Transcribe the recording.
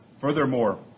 Furthermore